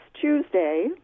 Tuesday